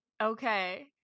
Okay